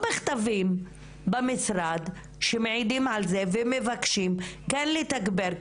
מכתבים במשרד שמעידים על זה ומבקשים כן לתגבר,